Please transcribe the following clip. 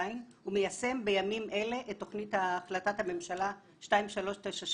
ומיישם בימים אלה את תוכנית החלטת הממשלה 2397